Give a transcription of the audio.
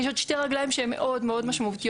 יש עוד שתי רגליים שהן מאוד מאוד משמעותיות.